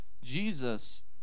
Jesus